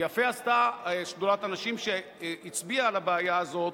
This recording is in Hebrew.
ויפה עשתה שדולת הנשים שהצביעה על הבעיה הזאת,